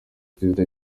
perezida